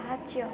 ସାହାଯ୍ୟ